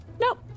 Nope